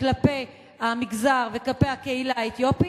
כלפי המגזר וכלפי הקהילה האתיופית.